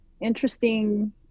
interesting